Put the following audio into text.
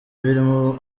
birimo